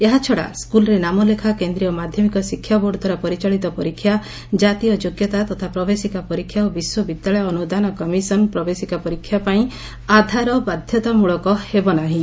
ଏହାଛଡ଼ା ସ୍କୁଲ୍ରେ ନାମଲେଖା କେନ୍ଦ୍ରୀୟ ମାଧ୍ୟମିକ ଶିକ୍ଷାବୋର୍ଡ଼ଦ୍ୱାରା ପରିଚାଳିତ ପରୀକ୍ଷା ଜାତୀୟ ଯୋଗ୍ୟତା ତଥା ପ୍ରବେଶିକା ପରୀକ୍ଷା ଓ ବିଶ୍ୱବିଦ୍ୟାଳୟ ଅନୁଦାନ କମିଶନ୍ ପ୍ରବେଶିକା ପରୀକ୍ଷାପାଇଁ ଆଧାର ବାଧ୍ୟତାମଳକ ହେବ ନାହିଁ